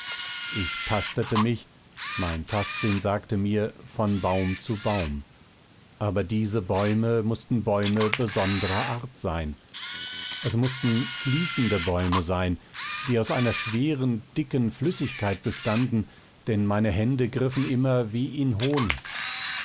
ich tastete mich mein tastsinn sagte mir von baum zu baum aber diese bäume mußten bäume besonderer art sein es mußten fließende bäume sein die aus einer schweren dicken flüssigkeit bestanden denn meine hände griffen immer wie in honig